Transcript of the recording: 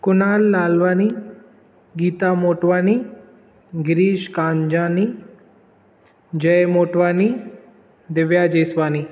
Kunal Lalwani Geeta Motwani Girish Kanjani Jay Motwani Divya Jeswani